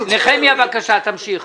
נחמיה, בבקשה, תמשיך.